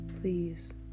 Please